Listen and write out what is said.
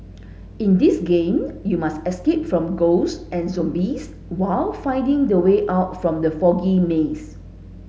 in this game you must escape from ghost and zombies while finding the way out from the foggy maze